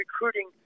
recruiting